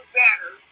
better